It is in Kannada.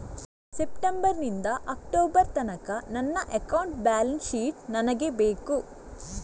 ಸೆಪ್ಟೆಂಬರ್ ನಿಂದ ಅಕ್ಟೋಬರ್ ತನಕ ನನ್ನ ಅಕೌಂಟ್ ಬ್ಯಾಲೆನ್ಸ್ ಶೀಟ್ ನನಗೆ ಬೇಕು